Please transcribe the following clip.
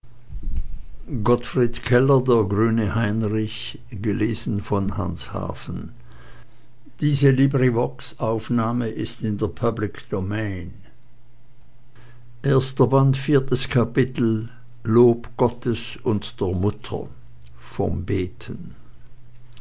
viertes kapitel lob gottes und der mutter